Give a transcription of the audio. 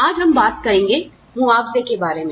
आज हम बात करेंगे मुआवजे के बारे में